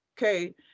Okay